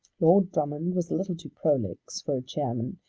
lord drummond was a little too prolix for a chairman,